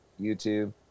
YouTube